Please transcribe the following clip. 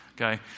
Okay